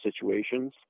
situations